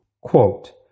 Quote